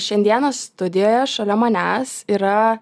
šiandieną studijoje šalia manęs yra